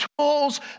tools